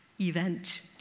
event